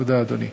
תודה, אדוני.